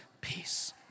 peace